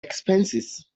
expenses